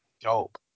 dope